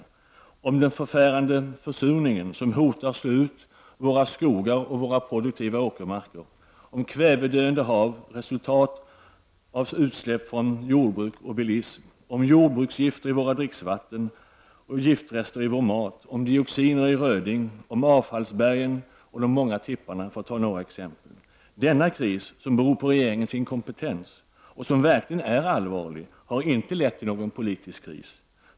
Det handlar om den förfärande försurningen som hotar att slå ut våra skogar och våra produktiva åkermarker, om kvävedödande hav som är resultat av utsläpp från jordbruk och bilism, om jordbruksgifter i våra dricksvatten, om giftrester i vår mat, om dioxiner i röding, om avfallsbergen och de många tipparna för att ta några exempel. Denna kris som beror på regeringens inkompetens och som verkligen är allvarlig har inte lett till en politisk kris.